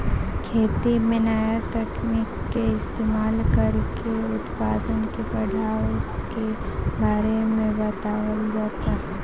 खेती में नया तकनीक के इस्तमाल कर के उत्पदान के बढ़ावे के बारे में बतावल जाता